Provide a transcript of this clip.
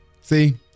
See